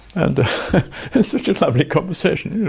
and such a lovely conversation. yeah